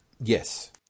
Yes